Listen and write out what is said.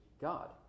God